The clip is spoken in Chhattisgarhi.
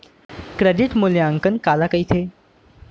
क्रेडिट मूल्यांकन काला कहिथे?